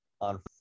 on